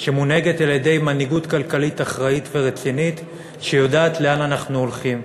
שמונהגת על-ידי מנהיגות כלכלית אחראית ורצינית שיודעת לאן אנחנו הולכים.